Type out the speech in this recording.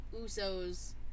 Usos